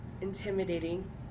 intimidating